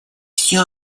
все